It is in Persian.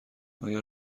آیا